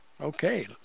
Okay